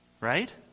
Right